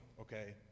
Okay